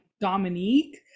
Dominique